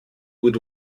would